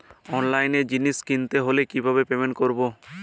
অনলাইনে জিনিস কিনতে হলে কিভাবে পেমেন্ট করবো?